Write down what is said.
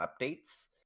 updates